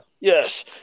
yes